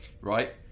right